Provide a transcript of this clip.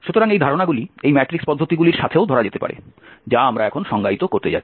সুতরাং এই ধারণাগুলি এই ম্যাট্রিক্স পদ্ধতিগুলির সাথেও ধরা যেতে পারে যা আমরা এখন সংজ্ঞায়িত করতে যাচ্ছি